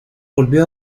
volvió